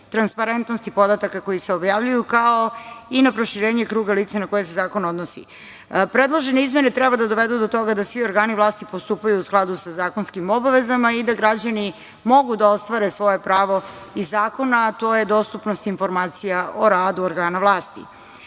transparentnosti podataka koji se objavljuju, kao i na proširenje kruga lica na koje se zakon odnosi. Predložene izmene treba da dovedu do toga da svi organi vlasti postupaju u skladu sa zakonskim obavezama i da građani mogu da ostvare svoje pravo iz zakona, a to je dostupnost informacija o radu organa